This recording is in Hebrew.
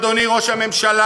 אדוני ראש הממשלה,